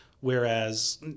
Whereas